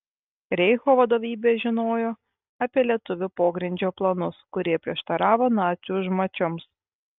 reicho vadovybė žinojo apie lietuvių pogrindžio planus kurie prieštaravo nacių užmačioms